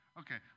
okay